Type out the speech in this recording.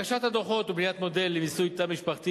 הגשת הדוחות ובניית מודל למיסוי תא משפחתי